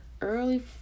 early